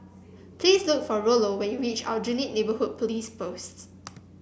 please look for Rollo when you reach Aljunied Neighbourhood Police Posts